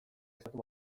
estatu